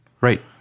Right